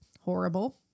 horrible